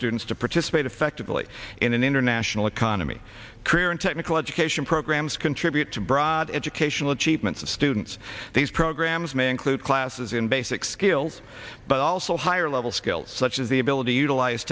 students to participate effectively in an international economy career and technical education programs contribute to broad educational achievements of students these programs may include classes in basic skills but also higher level skills such as the ability utilize